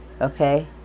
okay